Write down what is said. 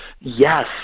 Yes